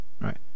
right